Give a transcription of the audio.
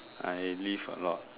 I lift a lot